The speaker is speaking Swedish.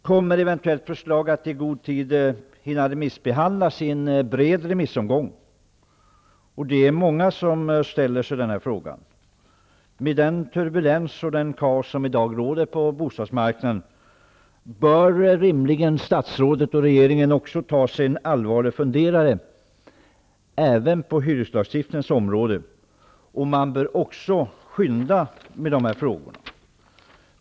Kommer eventuellt förslag att i god tid hinna remissbehandlas i en bred remissomgång? Det är många som ställer sig den frågan. Med den turbulens och det kaos som i dag råder på bostadsmarknaden bör rimligen statsrådet och regeringen ta sig en allvarlig funderare även på hyreslagstiftningens område. Man bör också påskynda avtalet med de här frågorna.